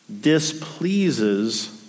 displeases